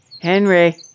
Henry